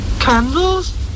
Candles